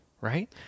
Right